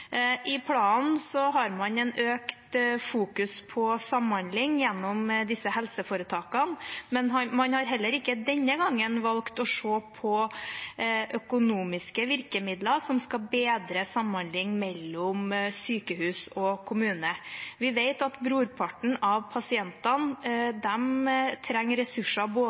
I planen har man et økt fokus på samhandling gjennom disse helseforetakene, men man har heller ikke denne gangen valgt å se på økonomiske virkemidler som skal bedre samhandlingen mellom sykehus og kommune. Vi vet at brorparten av pasientene trenger ressurser